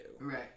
Right